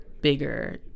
bigger